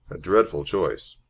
a dreadful choice.